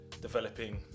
developing